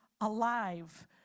alive